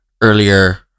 earlier